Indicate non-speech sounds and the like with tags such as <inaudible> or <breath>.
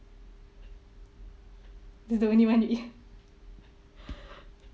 the the only one you eat <laughs> <breath>